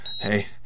hey